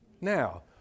Now